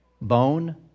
bone